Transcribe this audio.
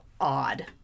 odd